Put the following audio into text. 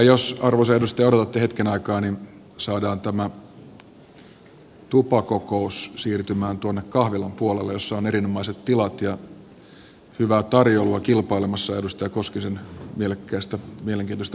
jos arvoisa edustaja odotatte hetken aikaa niin saadaan tämä tupakokous siirtymään tuonne kahvilan puolelle jossa on erinomaiset tilat ja hyvää tarjoilua kilpailemassa edustaja koskisen mielekkäästä mielenkiintoisesta puheenvuorosta